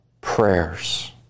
prayers